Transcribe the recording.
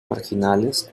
marginales